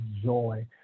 joy